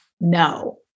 no